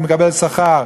הוא מקבל שכר.